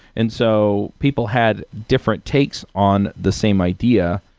and so people had different takes on the same idea.